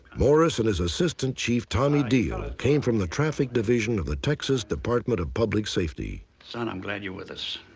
morris and his assistant, chief tommy diehl, came from the traffic division of the texas department of public safety. son, i'm glad you're with us.